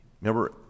Remember